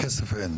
כסף אין.